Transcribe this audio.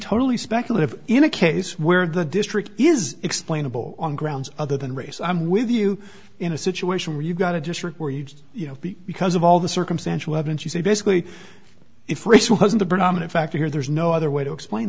totally speculative in a case where the district is explainable on grounds other than race i'm with you in a situation where you've got a district where you just you know because of all the circumstantial evidence you say basically if race wasn't a predominant factor here there's no other way to explain